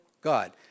God